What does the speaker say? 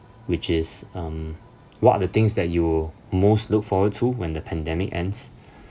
which is um what are the things that you most look forward to when the pandemic ends